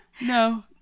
no